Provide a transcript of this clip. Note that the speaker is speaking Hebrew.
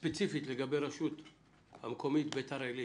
סיומה של השנה האזרחית.